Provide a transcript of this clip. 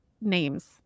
names